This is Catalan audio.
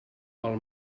pel